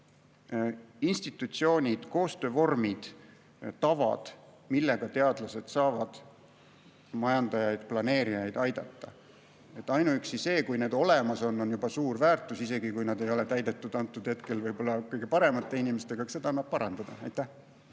institutsioonid, koostöövormid, tavad, millega teadlased saavad majandajaid, planeerijaid aidata. Ainuüksi see, kui need olemas on, on juba suur väärtus, isegi kui nad ei ole hetkel täidetud võib-olla kõige paremate inimestega, sest eks seda annab parandada. Urve